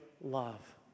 love